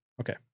okay